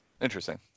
Interesting